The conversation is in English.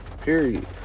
period